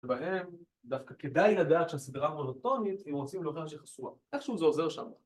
‫שבהם דווקא כדאי לדעת ‫שהסדרה מונוטונית ‫אם רוצים לומר שהיא חסורה. ‫איכשהו זה עוזר שם.